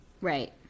Right